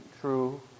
true